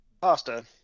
Pasta